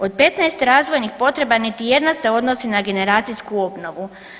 Od 15 razvojnih potreba niti jedna se odnosi na generacijsku obnovu.